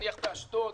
למשל באשדוד,